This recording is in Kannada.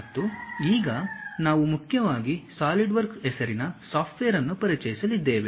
ಮತ್ತು ಈಗ ನಾವು ಮುಖ್ಯವಾಗಿ ಸಾಲಿಡ್ವರ್ಕ್ಸ್ ಹೆಸರಿನ ಸಾಫ್ಟ್ವೇರ್ ಅನ್ನು ಪರಿಚಯಿಸಲಿದ್ದೇವೆ